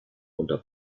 unter